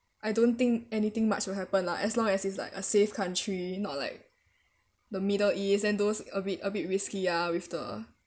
I don't think anything much will happen lah as long as it's like a safe country not like the middle east and those a bit a bit risky ah with the